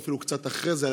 ואפילו קצת אחרי זה,